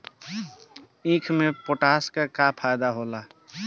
ईख मे पोटास के का फायदा होला?